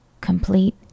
complete